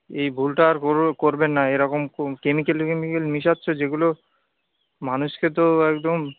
এই ভুলটা আর কর করবেন না এরকম কেমিক্যাল টেমিক্যাল মেশাচ্ছ যেগুলো মানুষকে তো একদম